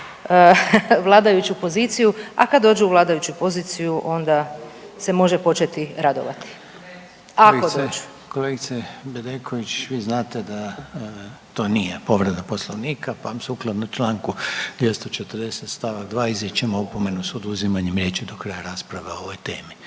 vladajuću poziciju. A kad dođu u vladajuću poziciju onda se može početi radovati. Ako dođu. **Reiner, Željko (HDZ)** Kolegice Bedeković vi znate da to nije povreda Poslovnika, pa sukladno članku 240. stavak 2. izričem opomenu sa oduzimanjem riječi do kraja rasprave o ovoj temi.